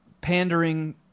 pandering